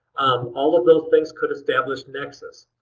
all of those things could establish nexus.